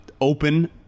open